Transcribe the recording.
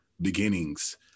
beginnings